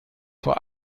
vor